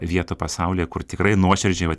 vietų pasaulyje kur tikrai nuoširdžiai va